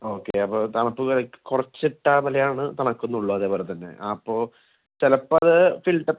okay അപ്പോൾ തണുപ്പ് കുറച്ചിട്ടാ മേലെയാണ് തണുക്കുന്നൊള്ളതേ പോലെ തന്നെ അപ്പോൾ ചിലപ്പമത് ഫിൽറ്റർ